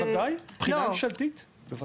בוודאי, בחינה ממשלתית.